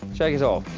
shake it off.